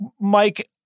Mike